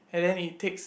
and then it takes